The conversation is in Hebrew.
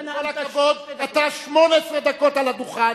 עם כל הכבוד, אתה 18 דקות על הדוכן.